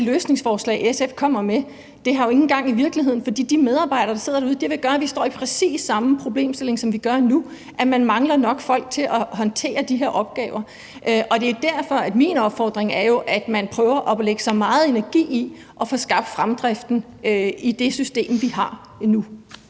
løsningsforslag, SF kommer med, jo ikke har nogen gang på jorden, for med de medarbejdere, der sidder derude, vil det betyde, at vi står med præcis samme problemstilling, som vi gør nu – at man mangler nok folk til at håndtere de her opgaver. Det er jo derfor, min opfordring er, at man prøver at lægge så meget energi i at få skabt fremdrift i det system, vi har nu.